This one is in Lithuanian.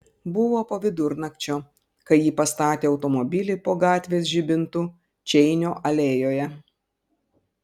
buvo po vidurnakčio kai ji pastatė automobilį po gatvės žibintu čeinio alėjoje